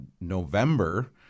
November